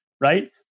right